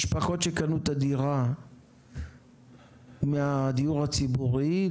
משפחות שקנו את הדירה מהדיור הציבורי,